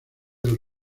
del